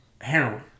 heroin